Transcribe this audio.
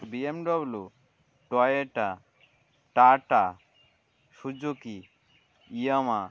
BMW Toyota Tata Suzuki Yamaha